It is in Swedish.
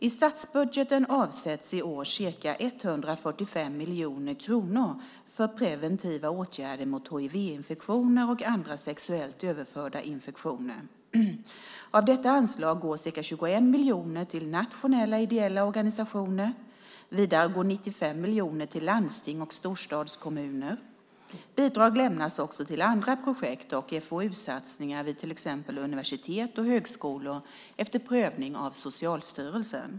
I statsbudgeten avsätts i år ca 145 miljoner kronor för preventiva åtgärder mot hivinfektioner och andra sexuellt överförda infektioner. Av detta anslag går ca 21 miljoner till nationella ideella organisationer. Vidare går 95 miljoner till landsting och storstadskommuner. Bidrag lämnas också till andra projekt och FOU-satsningar vid till exempel universitet och högskolor efter prövning av Socialstyrelsen.